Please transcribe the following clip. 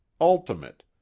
ultimate—